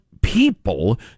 people